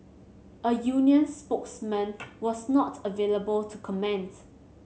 a union spokesman was not available to comment